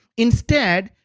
instead,